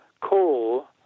call